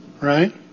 Right